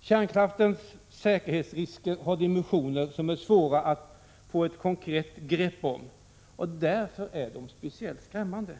Kärnkraftens säkerhetsrisker har dimensioner som är svåra att få konkret grepp om, och därför är de speciellt skrämmande.